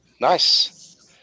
Nice